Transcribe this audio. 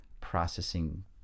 processing